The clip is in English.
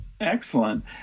Excellent